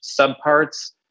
subparts